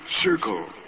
circle